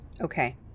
Okay